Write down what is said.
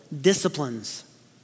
disciplines